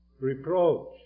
reproach